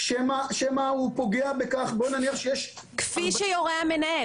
שמא הוא פוגע בכך --- כפי שיורה המנהל,